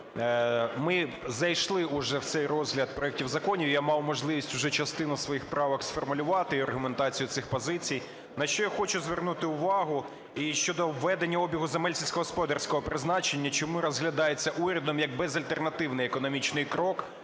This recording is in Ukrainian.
ми зайшли вже в цей розгляд проектів законів. Я мав можливість вже частину своїх правок сформулювати і аргументацію цих позицій. На що я хочу звернути увагу. І щодо введення обігу земель сільськогосподарського призначення чому розглядається урядом як безальтернативний економічний крок